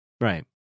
Right